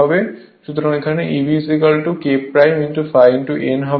সুতরাং এখানে Eb তাহলে K ∅ n হবে